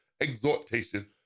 exhortation